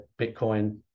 Bitcoin